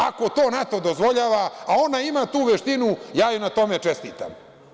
Ako to NATO dozvoljava, a ona ima tu veštinu, ja joj na tome čestitam.